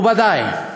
מכובדי,